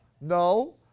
No